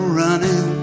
running